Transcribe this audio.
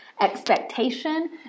expectation